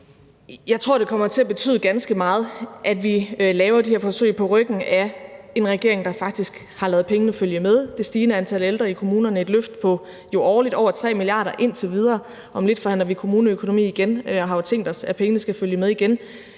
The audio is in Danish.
Jeg tror, det kommer til at betyde ganske meget, at vi laver de her forsøg på ryggen af en regering, der faktisk har ladet pengene følge med det stigende antal ældre i kommunerne – indtil videre jo med et årligt løft på over 3 mia. kr., og om lidt forhandler vi om kommuneøkonomi igen, og vi har jo tænkt os, at pengene skal følge med igen